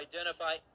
identify